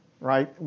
right